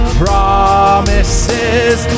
promises